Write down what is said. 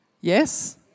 Yes